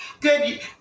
Good